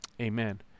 Amen